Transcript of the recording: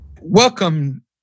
Welcome